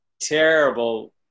terrible